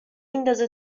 ندازه